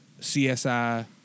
CSI